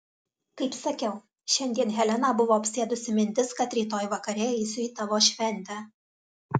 kaip sakiau šiandien heleną buvo apsėdusi mintis kad rytoj vakare eisiu į tavo šventę